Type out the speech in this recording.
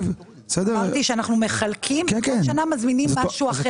אמרתי שאנחנו מחלקים וכל שנה מזמינים משהו אחר.